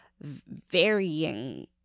varying